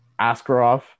Askarov